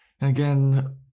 again